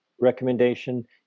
recommendation